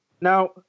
Now